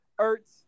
Ertz